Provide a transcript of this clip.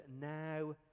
now